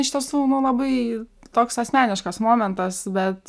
iš tiesų na labai toks asmeniškas momentas bet